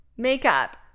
Makeup